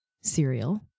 cereal